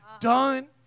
done